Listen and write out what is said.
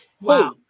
Wow